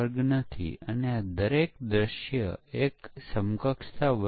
હવે ચાલો આપણે કેટલાક અન્ય પરીક્ષણ તથ્યો જોઈએ